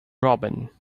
robin